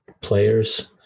players